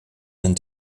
and